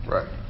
Right